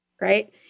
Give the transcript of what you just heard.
right